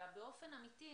אלא באופן אמיתי,